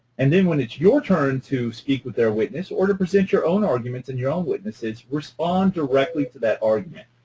and then when it is your turn to speak with their witness or to present your own arguments and your own witnesses respond directly to that argument.